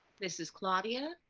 this is claudia.